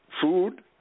food